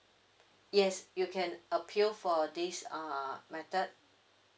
yes you can appeal for this uh method